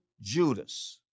Judas